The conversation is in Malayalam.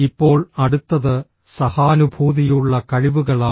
ഇപ്പോൾ അടുത്തത് സഹാനുഭൂതിയുള്ള കഴിവുകളാണ്